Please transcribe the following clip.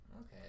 Okay